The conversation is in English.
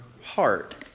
heart